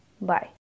Bye